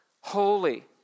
holy